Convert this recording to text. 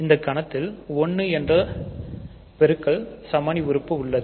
இந்த கணத்தில் 1 என்ற பெருக்கல் சமணி உறுப்பு உள்ளது